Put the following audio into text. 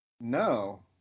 No